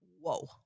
Whoa